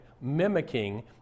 mimicking